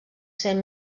cent